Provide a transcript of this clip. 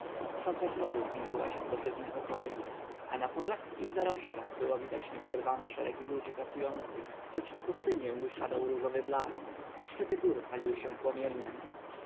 szosa znowu zniżyła się do żyznych okolic a na polach i w zaroślach było widać nieprzerwane szeregi ludzi pracujących choć na pustynię już padał różowy blask a szczyty gór paliły się płomieniem